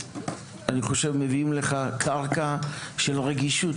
אני חושב מביאים לך קרקע של רגישות,